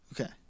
Okay